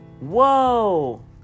whoa